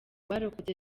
barokotse